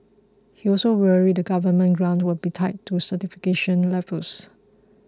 he also worried that government grants will be tied to certification levels